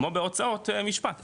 כמו בהוצאות משפט,